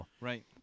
Right